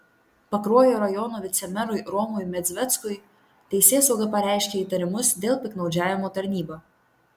pakruojo rajono vicemerui romui medzveckui teisėsauga pareiškė įtarimus dėl piktnaudžiavimo tarnyba